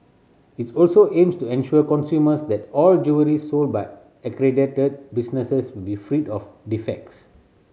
its also aims to ensure consumers that all jewellery sold by accredited businesses will be freed of defects